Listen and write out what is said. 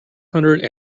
hundred